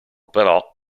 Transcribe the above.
però